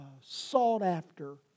sought-after